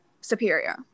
superior